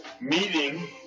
meeting